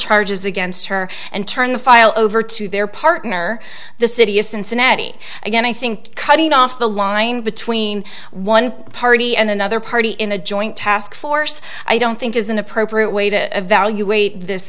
charges against her and turn the file over to their partner the city of cincinnati again i think cutting off the line between one party and another party in a joint task force i don't think is an appropriate way to evaluate this